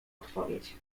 odpowiedź